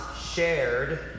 shared